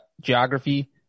geography